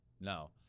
no